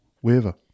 wherever